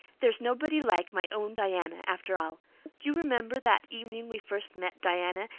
there's nobody like my own diana after all. do you remember that evening we first met, diana,